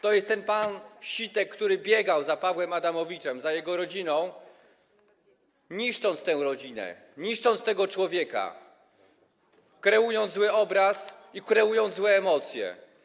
To jest ten pan Sitek, który biegał za Pawłem Adamowiczem, za jego rodziną, niszcząc tę rodzinę, niszcząc tego człowieka, kreując zły obraz i złe emocje.